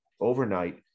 overnight